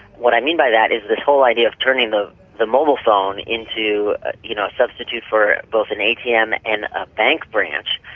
what i mean by that is this whole idea of turning the the mobile phone into you know a substitute for both an atm and a bank branch,